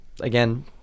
again